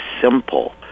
simple